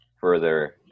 further